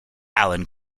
alan